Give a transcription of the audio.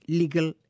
legal